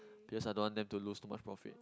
because I don't want them to lose too much profit